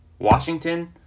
washington